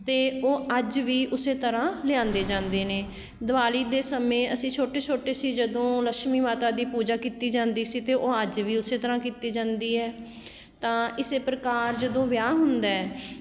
ਅਤੇ ਉਹ ਅੱਜ ਵੀ ਉਸ ਤਰ੍ਹਾਂ ਲਿਆਂਦੇ ਜਾਂਦੇ ਨੇ ਦੀਵਾਲੀ ਦੇ ਸਮੇਂ ਅਸੀਂ ਛੋਟੇ ਛੋਟੇ ਸੀ ਜਦੋਂ ਲਛਮੀ ਮਾਤਾ ਦੀ ਪੂਜਾ ਕੀਤੀ ਜਾਂਦੀ ਸੀ ਅਤੇ ਉਹ ਅੱਜ ਵੀ ਉਸ ਤਰ੍ਹਾਂ ਕੀਤੀ ਜਾਂਦੀ ਹੈ ਤਾਂ ਇਸ ਪ੍ਰਕਾਰ ਜਦੋਂ ਵਿਆਹ ਹੁੰਦਾ